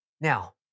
Now